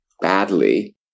badly